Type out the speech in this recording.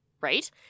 Right